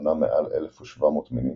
מונה מעל 1,700 מינים,